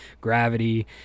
gravity